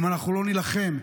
אם אנחנו לא נילחם,